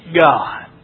God